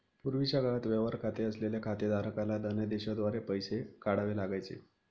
पूर्वीच्या काळात व्यवहार खाते असलेल्या खातेधारकाला धनदेशाद्वारे पैसे काढावे लागायचे